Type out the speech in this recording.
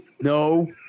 no